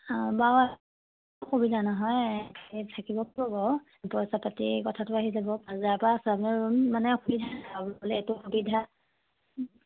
অঁ বাও অসুবিধা নহয় থাকিব পাৰিব পইচা পাতিৰ কথাটো আহি যাব বজাৰৰ পৰা মানে অসুবিধা এইটো সুবিধা